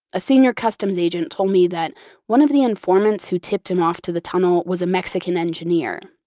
a senior customs agent told me that one of the informants who tipped him off to the tunnel was a mexican engineer.